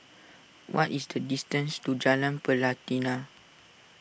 what is the distance to Jalan Pelatina